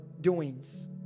doings